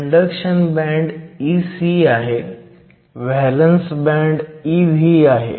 conduction band Ec आहे valence band Ev आहे